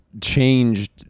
changed